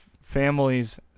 families